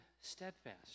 steadfast